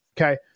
Okay